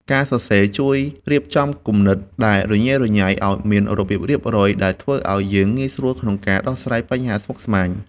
ការសរសេរជួយរៀបចំគំនិតដែលរញ៉េរញ៉ៃឱ្យមានរបៀបរៀបរយ ដែលធ្វើឱ្យយើងងាយស្រួលក្នុងការដោះស្រាយបញ្ហាស្មុគស្មាញ។